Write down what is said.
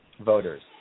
voters